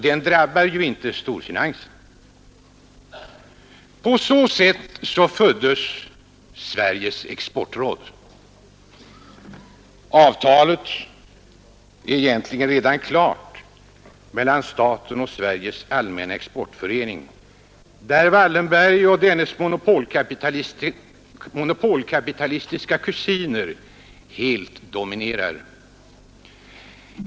Den drabbar ju inte storfinansen. På så sätt föddes Sveriges exportråd. Avtalet är egentligen redan klart mellan staten och Sveriges allmänna exportförening, där Wallenberg och dennes monopolkapitalistiska kusiner helt dominerar.